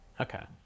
Okay